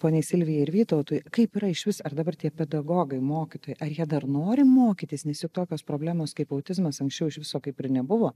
poniai silvijai ir vytautui kaip yra išvis ar dabar tie pedagogai mokytojai ar jie dar nori mokytis nes juk tokios problemos kaip autizmas anksčiau iš viso kaip ir nebuvo